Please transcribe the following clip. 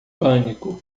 pânico